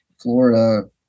Florida